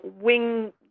wing